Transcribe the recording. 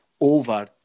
over